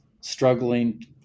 struggling